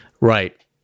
Right